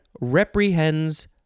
reprehends